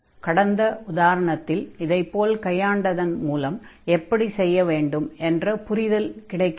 கடந்த உதாரணத்தில் இதைப் போல் கையாண்டதன் மூலம் எப்படிச் செய்ய வேண்டும் என்ற புரிதல் கிடைக்கிறது